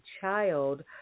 child